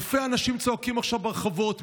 אלפי אנשים צועקים עכשיו ברחובות,